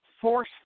force